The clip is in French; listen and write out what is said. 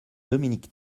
dominique